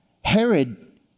Herod